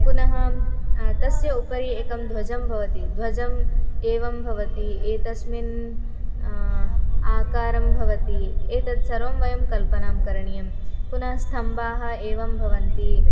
पुनः तस्य उपरि एकं ध्वजं भवति ध्वजम् एवं भवति एतस्मिन् आकारं भवति एतत् सर्वं वयं कल्पनां करणीयं पुनः स्तम्भाः एवं भवन्ति